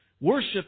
Worship